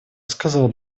сказал